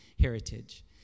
heritage